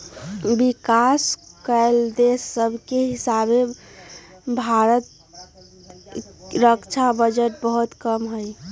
विकास कएल देश सभके हीसाबे भारत के रक्षा बजट बहुते कम हइ